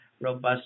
robust